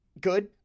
Good